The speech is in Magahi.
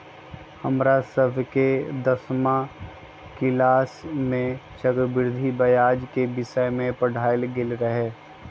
हमरा सभके दसमा किलास में चक्रवृद्धि ब्याज के विषय में पढ़ायल गेल रहै